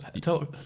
Tell